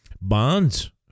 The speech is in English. Bonds